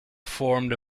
formed